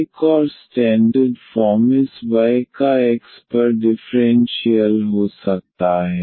एक और standard form इस y का x पर डिफ़्रेंशियल हो सकता है